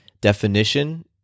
definition